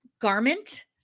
garment